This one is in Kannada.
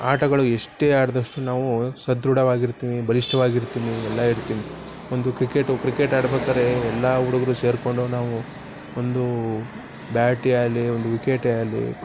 ಆಟಗಳು ಎಷ್ಟೇ ಆಡಿದಷ್ಟು ನಾವು ಸದೃಢವಾಗಿರ್ತೀವಿ ಬಲಿಷ್ಠವಾಗಿರ್ತೀವಿ ಎಲ್ಲ ಇರ್ತೀವಿ ಒಂದು ಕ್ರಿಕೆಟು ಕ್ರಿಕೆಟ್ ಆಡ್ಬೇಕಾದ್ರೆ ಎಲ್ಲ ಹುಡುಗರು ಸೇರಿಕೊಂಡು ನಾವು ಒಂದು ಬ್ಯಾಟೇ ಆಗಲಿ ಒಂದು ವಿಕೆಟೇ ಆಗಲಿ